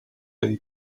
baby